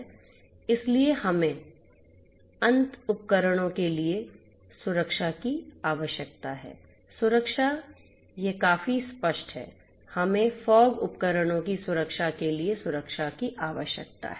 इसलिए हमें अंतिम उपकरणों के लिए सुरक्षा की आवश्यकता है सुरक्षा यह काफी स्पष्ट है हमें फोग उपकरणों की सुरक्षा के लिए सुरक्षा की आवश्यकता है